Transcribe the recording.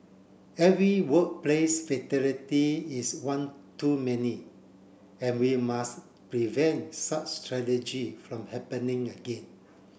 every workplace fatality is one too many and we must prevent such tragedy from happening again